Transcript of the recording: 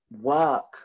work